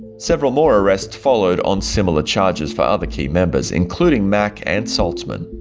several more arrests followed on similar charges for other key members, including mack and salzman.